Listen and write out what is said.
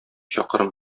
чакрым